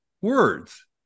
words